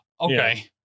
okay